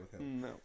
No